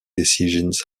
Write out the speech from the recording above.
decisions